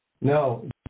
No